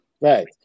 Right